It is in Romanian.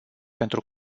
pentru